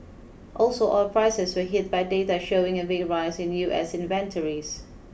also oil prices were hit by data showing a big rise in U S inventories